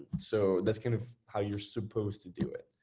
so that's kind of how you're supposed to do it.